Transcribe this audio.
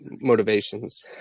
motivations